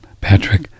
Patrick